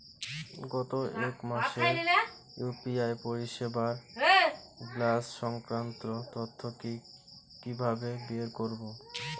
গত এক মাসের ইউ.পি.আই পরিষেবার ব্যালান্স সংক্রান্ত তথ্য কি কিভাবে বের করব?